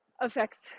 affects